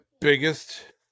biggest